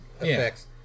effects